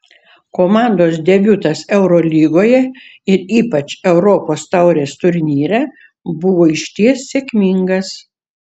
komandos debiutas eurolygoje ir ypač europos taurės turnyre buvo išties sėkmingas